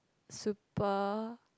super